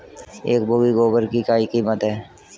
एक बोगी गोबर की क्या कीमत है?